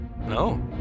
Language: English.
No